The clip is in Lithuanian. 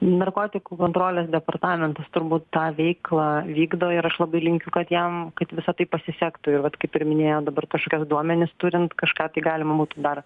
narkotikų kontrolės departamentas turbūt tą veiklą vykdo ir aš labai linkiu kad jam kad visa tai pasisektų ir vat kaip ir minėjo dabar kažkokius duomenis turint kažką tai galima būtų dar